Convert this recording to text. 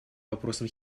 вопросам